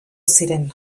ziren